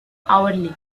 hourly